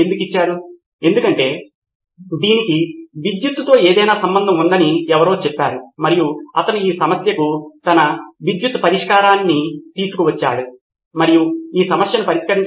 నితిన్ కురియన్ ఇప్పటికే కొన్ని అప్లికషన్ లు ఉన్నాయని నేను భావిస్తున్నాను అది ఆండ్రాయిడ్ ప్లాట్ఫారమ్లో లేదా ఇంటర్నెట్లో మరియు మీరు గూగుల్ గురించి ప్రస్తావించినట్లు విద్యార్ధులు మరియు ఉపాధ్యాయులు రావచ్చు ఇక్కడ విద్యార్థులు ఆ ప్రస్తుత మౌలిక సదుపాయాలను ఉపయోగించుకోవచ్చు మరియు దానిలో సమాచారము ఉంచవచ్చు